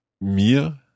mir